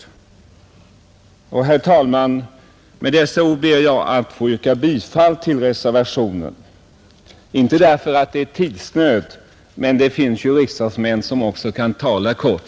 Herr talman! Jag inskränker mig till dessa ord och ber att få yrka bifall till reservationen, inte därför att vi befinner oss i tidsnöd, utan därför att riksdagsmän också kan få tala kort.